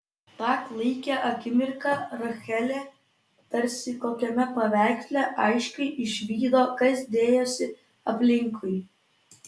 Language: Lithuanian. tą klaikią akimirką rachelė tarsi kokiame paveiksle aiškiai išvydo kas dėjosi aplinkui